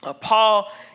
Paul